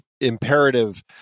imperative